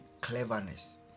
cleverness